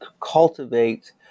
cultivate